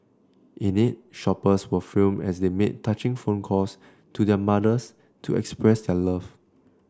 in it shoppers were filmed as they made touching phone calls to their mothers to express their love